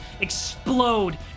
explode